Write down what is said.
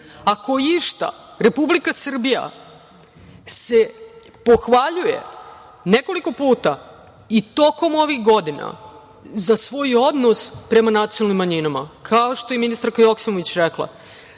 Ako išta, Republika Srbija se pohvaljuje nekoliko puta tokom ovih godina za svoj odnos prema nacionalnim manjinama, kao što je i ministarska Joksimović rekla. Dakle,